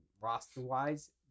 roster-wise